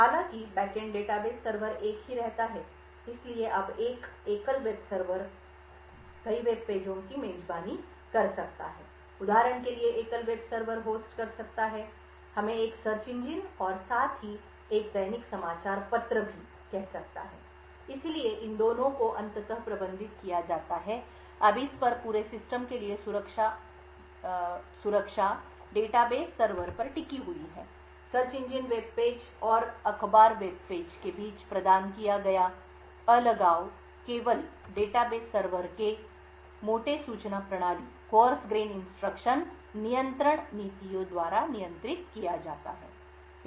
हालांकि back end database server एक ही रहता है इसलिए अब एक एकल वेब सर्वर कई वेब पेजों की मेजबानी कर सकता है उदाहरण के लिए एकल वेब सर्वर होस्ट कर सकता है हमें एक सर्च इंजन और साथ ही एक दैनिक समाचार पत्र भी कह सकता है इसलिए इन दोनों को अंततः प्रबंधित किया जाता है अब इस पूरे सिस्टम के लिए सुरक्षा डेटाबेस सर्वर पर टिकी हुई है सर्च इंजन वेबपेज और अखबार वेब पेज के बीच प्रदान किया गया अलगाव केवल डेटा बेस सर्वर के मोटे सूचना प्रणाली नियंत्रण नीतियों द्वारा नियंत्रित किया जाता है